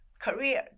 Career